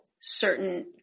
certain